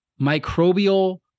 microbial